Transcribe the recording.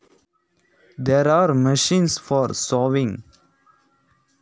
ಬಿತ್ತನೆಯನ್ನು ಮಾಡಲು ಯಂತ್ರಗಳಿವೆಯೇ?